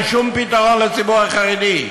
ואין שום פתרון לציבור החרדי.